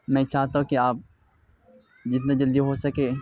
میں چاہتا ہوں کہ آپ جتنا جلدی ہو سکے